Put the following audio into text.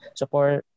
support